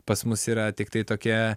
pas mus yra tiktai tokia